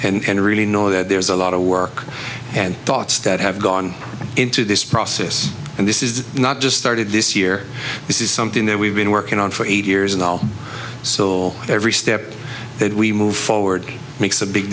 that and really know that there's a lot of work and thoughts that have gone into this process and this is not just started this year this is something that we've been working on for eight years now so little every step that we move forward makes a big